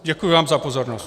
Děkuji vám za pozornost.